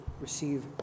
receive